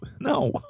No